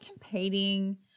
competing